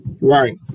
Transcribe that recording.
right